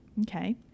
Okay